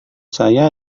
saya